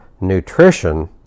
nutrition